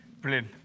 Brilliant